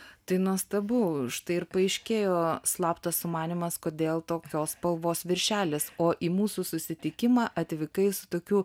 tai nuostabu štai ir paaiškėjo slaptas sumanymas kodėl tokios spalvos viršelis o į mūsų susitikimą atvykai su tokiu